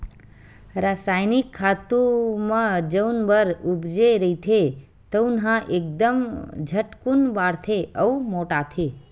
रसायनिक खातू म जउन बन उपजे रहिथे तउन ह एकदम झटकून बाड़थे अउ मोटाथे